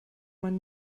man